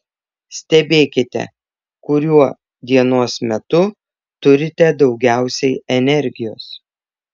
stebėkite kuriuo dienos metu turite daugiausiai energijos